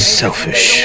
selfish